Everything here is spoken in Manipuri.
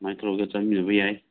ꯑꯗꯨꯃꯥꯏ ꯇꯧꯔꯒ ꯆꯠꯃꯤꯟꯅꯕ ꯌꯥꯏ